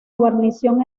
guarnición